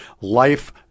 life